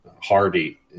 Hardy